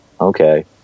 okay